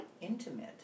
intimate